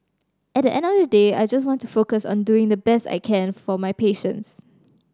at the end of the day I just want to focus on doing the best I can for my patients